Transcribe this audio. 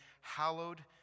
hallowed